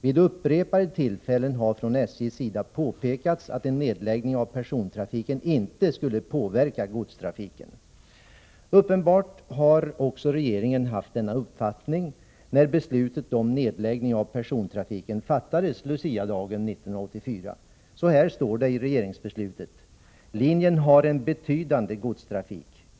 Vid upprepade tillfällen har från SJ:s sida påpekats att en nedläggning av persontrafiken inte skulle påverka godstrafiken. Uppenbarligen hade också regeringen denna uppfattning när beslutet om nedläggning av persontrafiken fattades Luciadagen 1984. Så här står det i regeringsbeslutet: ”Linjen har en betydande godstrafik.